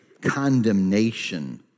condemnation